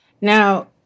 Now